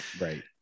Right